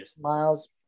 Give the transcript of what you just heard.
Miles